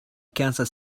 kansas